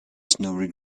snowy